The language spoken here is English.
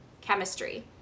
chemistry